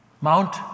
Mount